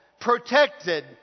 protected